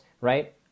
right